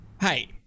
Hey